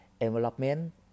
envelopment